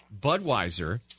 Budweiser